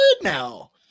now